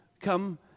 come